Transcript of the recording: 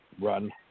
run